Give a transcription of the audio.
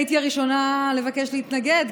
הייתי הראשונה לבקש להתנגד,